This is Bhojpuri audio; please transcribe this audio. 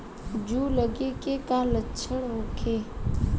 जूं लगे के का लक्षण का होखे?